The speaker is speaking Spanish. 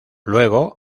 luego